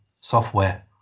software